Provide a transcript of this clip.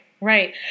Right